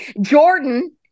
Jordan